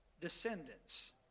descendants